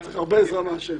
פה צריך הרבה עזרה מהשם.